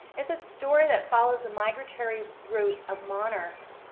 it's a story that follows the migratory route of monarchs.